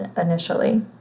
initially